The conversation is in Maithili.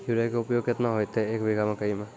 यूरिया के उपयोग केतना होइतै, एक बीघा मकई मे?